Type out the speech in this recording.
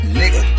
nigga